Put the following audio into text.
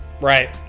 Right